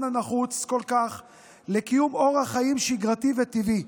הנחוץ כל כך לקיום אורח חיים שגרתי וטבעי.